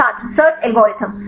छात्र search algorithm